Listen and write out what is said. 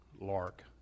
Lark